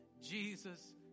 Jesus